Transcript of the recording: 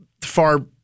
far